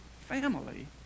family